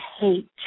hate